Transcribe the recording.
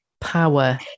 power